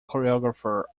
choreographer